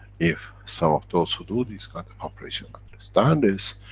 if some of those who do these kind of operations understand this,